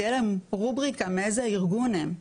תהיה להם רובריקה מאיזה ארגון הם.